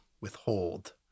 withhold